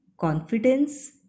confidence